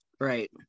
Right